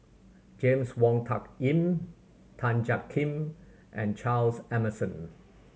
James Wong Tuck Yim Tan Jiak Kim and Charles Emmerson